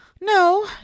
No